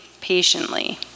patiently